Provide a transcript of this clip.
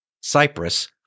Cyprus